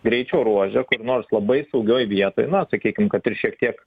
greičio ruože kur nors labai saugioj vietoj na sakykim kad ir šiek tiek